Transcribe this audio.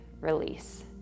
release